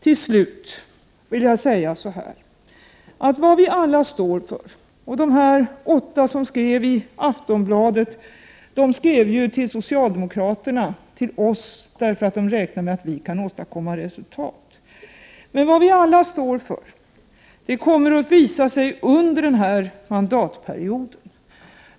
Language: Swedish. Till slut vill jag säga så här: Vad vi alla står för — de åtta som skrev i Aftonbladet skrev ju till oss socialdemokrater därför att de räknar med att vi kan åstadkomma resultat — kommer att visa sig under den här mandatperioden.